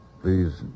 Please